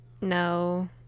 No